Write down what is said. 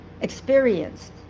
experienced